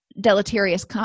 deleterious